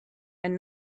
and